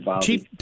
Chief